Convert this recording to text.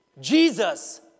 Jesus